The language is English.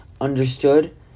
Understood